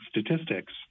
statistics